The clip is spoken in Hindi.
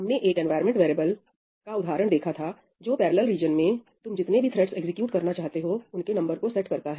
हमने एक environment variable omp num threads तथा थ्रेड्स का उदाहरण देखा था जो पैरेलल रीजन में तुम जितने भी थ्रेड्स एग्जीक्यूट करना चाहते हैं उनके नंबर को सेट करता है